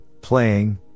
playing